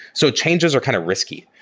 so changes are kind of risky,